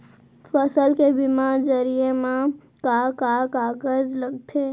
फसल के बीमा जरिए मा का का कागज लगथे?